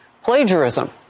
plagiarism